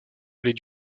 les